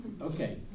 Okay